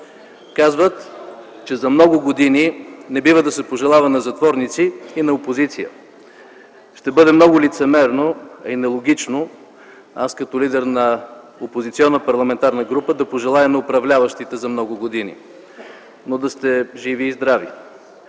Казват, че „За много години” не бива да се пожелава на затворници и на опозиция. Ще бъде много лицемерно и нелогично като лидер на опозиционна парламентарна група да пожелая на управляващите „За много години”, но да сте живи и здрави!